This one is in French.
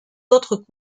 autres